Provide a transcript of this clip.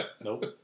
Nope